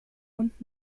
und